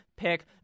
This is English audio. pick